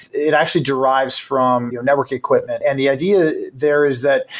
it actually derives from your network equipment and the idea there is that,